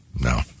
No